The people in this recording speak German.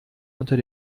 unter